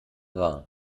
war